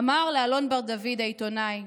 ואמר לאלון בר דוד, העיתונאי: